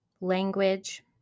language